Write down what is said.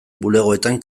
bulegoetan